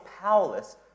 powerless